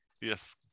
yes